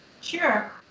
Sure